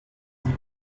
dit